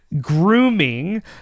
Grooming